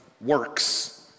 works